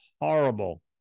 horrible